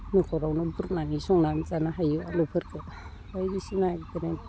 न'खरावनो रुनानै संनानै जानो हायो आलुफोरखौ बायदिसिना